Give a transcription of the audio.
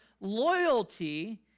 loyalty